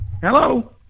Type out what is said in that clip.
Hello